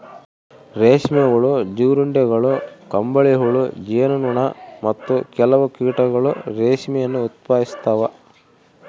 ರೇಷ್ಮೆ ಹುಳು, ಜೀರುಂಡೆಗಳು, ಕಂಬಳಿಹುಳು, ಜೇನು ನೊಣ, ಮತ್ತು ಕೆಲವು ಕೀಟಗಳು ರೇಷ್ಮೆಯನ್ನು ಉತ್ಪಾದಿಸ್ತವ